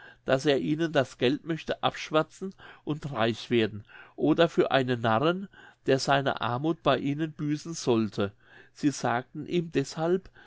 daß er ihnen das geld möchte abschwatzen und reich werden oder für einen narren der seine armuth bei ihnen büßen sollte sie sagten ihm deshalb